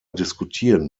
diskutieren